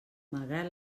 malgrat